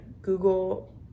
Google